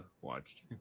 watched